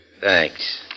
Thanks